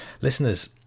Listeners